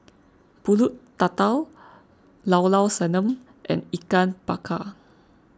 Pulut Tatal Llao Llao Sanum and Ikan Bakar